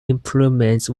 improvements